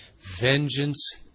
Vengeance